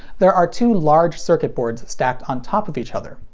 there are two large circuit boards stacked on top of each other.